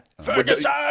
ferguson